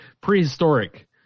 prehistoric